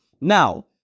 Now